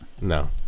No